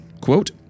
Quote